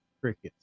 crickets